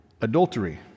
adultery